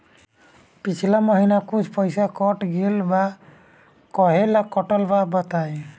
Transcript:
पिछला महीना कुछ पइसा कट गेल बा कहेला कटल बा बताईं?